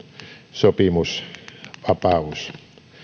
sopimusvapaus